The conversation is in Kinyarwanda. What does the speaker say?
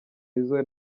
izzo